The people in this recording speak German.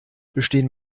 bestehen